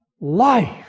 life